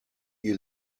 you